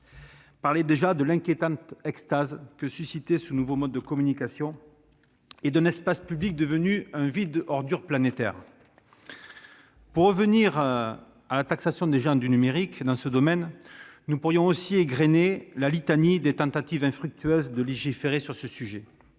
parlait déjà de l'inquiétante extase que suscitait ce nouveau mode de communication et d'un espace public devenu un vide-ordures planétaire. Pour revenir à la taxation des géants du numérique, nous pourrions également égrener la litanie des tentatives infructueuses de légiférer sur ce sujet.